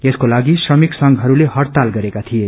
यसको लागि श्रमिक संघहरू ले हड्डताल गरेका थिए